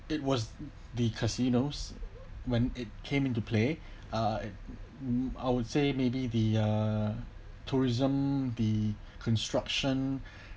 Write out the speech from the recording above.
it was the casinos when it came into play uh it um I would say maybe the uh tourism the construction